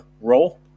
roll